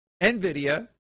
NVIDIA